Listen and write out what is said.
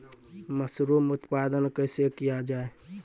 Mushroom उत्पादन कैसे किया जाय?